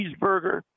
cheeseburger